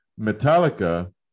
Metallica